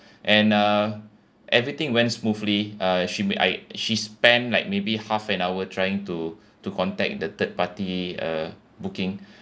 and uh everything went smoothly uh she m~ I she spent like maybe half an hour trying to to contact the third party uh booking